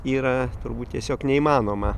yra turbūt tiesiog neįmanoma